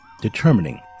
determining